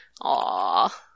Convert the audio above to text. Aww